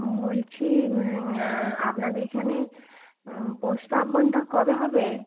বলছি আপনাদের এখানে পৌষ পার্বনটা কবে হবে